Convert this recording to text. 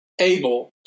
able